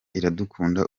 iradukunda